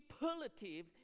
superlative